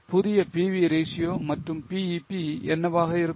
புதிய PV ratio மற்றும் BEP என்னவாக இருக்கும்